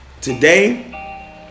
Today